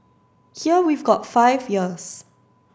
here we've got five years